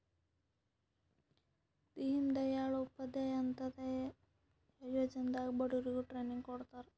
ದೀನ್ ದಯಾಳ್ ಉಪಾಧ್ಯಾಯ ಅಂತ್ಯೋದಯ ಯೋಜನಾ ನಾಗ್ ಬಡುರಿಗ್ ಟ್ರೈನಿಂಗ್ ಕೊಡ್ತಾರ್